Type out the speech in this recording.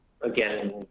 again